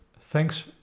Thanks